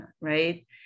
right